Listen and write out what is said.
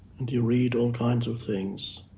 and you read all kinds of things.